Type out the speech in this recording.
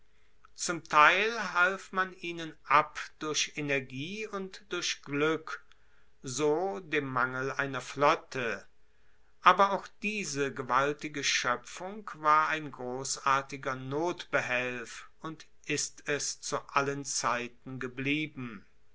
zum teil half man ihnen ab durch energie und durch glueck so dem mangel einer flotte aber auch diese gewaltige schoepfung war ein grossartiger notbehelf und ist es zu allen zeiten geblieben